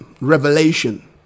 revelation